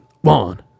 one